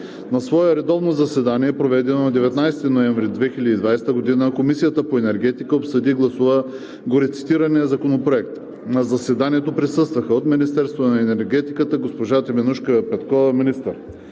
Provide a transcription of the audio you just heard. На свое редовно заседание, проведено на 19 ноември 2020 г., Комисията по енергетика обсъди и гласува горецитирания законопроект. На заседанието присъства от Министерството на енергетиката госпожа Теменужка Петкова – министър.